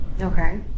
Okay